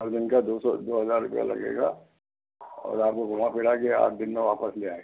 सब जन का दो सौ दो हज़ार रुपये लगेगा और आपको घुमा फिरा के आठ दिन में वापस ले आएंगे